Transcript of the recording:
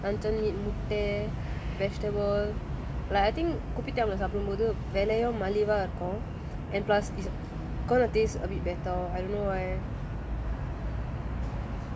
ya bee hoon and the hotdog luncheon meat முட்டை:muttai vegetable like I think kopitiam lah சாப்பிடும் போது வேலயும் மலிவா இருக்கும்:sappidum pothu velayum maliva irukkum and plus is gonna taste a bit better I don't know why